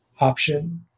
option